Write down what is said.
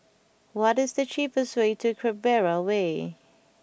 what is the cheapest way to Canberra Way